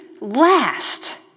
last